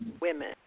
women